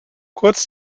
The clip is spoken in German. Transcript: kurz